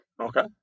Okay